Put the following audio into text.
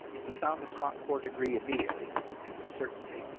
he found the sought-for degree immediately and with certainty.